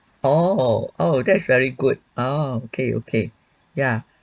oh oh that's very good oh okay okay ya